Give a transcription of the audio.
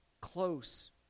close